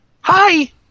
Hi